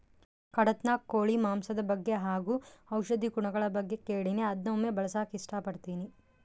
ಕಡಖ್ನಾಥ್ ಕೋಳಿ ಮಾಂಸದ ಬಗ್ಗೆ ಹಾಗು ಔಷಧಿ ಗುಣಗಳ ಬಗ್ಗೆ ಕೇಳಿನಿ ಅದ್ನ ಒಮ್ಮೆ ಬಳಸಕ ಇಷ್ಟಪಡ್ತಿನಿ